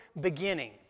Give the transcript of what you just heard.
beginning